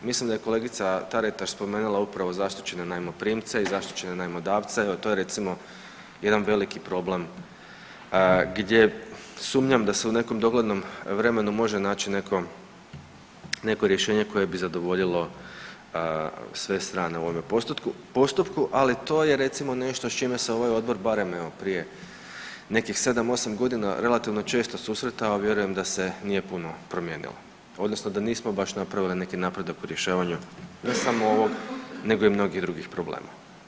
Mislim da je kolegica Taritaš spomenula upravo zaštićene najmoprimce i zaštićene najmodavce evo to je recimo jedan veliki problem gdje sumnjam da se u nekom doglednom vremenu može naći neko rješenje koje bi zadovoljilo sve strane u ovome postupku, ali to je recimo nešto s čime se ovaj odbor barem evo prije nekih 7-8.g. relativno često susretao vjerujem da se nije puno promijenilo odnosno da nismo baš napravili neki napredak u rješavanju ne samo ovog nego i mnogih drugih problema.